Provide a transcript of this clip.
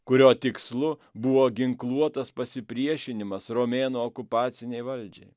kurio tikslu buvo ginkluotas pasipriešinimas romėnų okupacinei valdžiai